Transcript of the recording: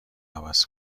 عوض